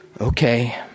Okay